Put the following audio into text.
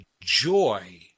joy